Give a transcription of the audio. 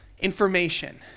Information